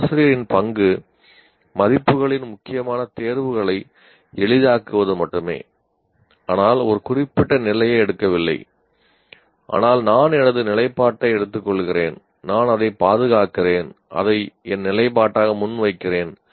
ஒரு ஆசிரியரின் பங்கு மதிப்புகளின் முக்கியமான தேர்வுகளை எளிதாக்குவது மட்டுமே ஆனால் ஒரு குறிப்பிட்ட நிலையை எடுக்கவில்லை ஆனால் நான் எனது நிலைப்பாட்டை எடுத்துக்கொள்கிறேன் நான் அதைப் பாதுகாக்கிறேன் அதை என் நிலைப்பாடாக முன்வைக்கிறேன்